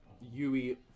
Yui